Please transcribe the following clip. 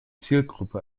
zielgruppe